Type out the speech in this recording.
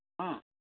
हं